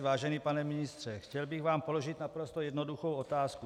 Vážený pane ministře, chtěl bych vám položit naprosto jednoduchou otázku.